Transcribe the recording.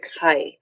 high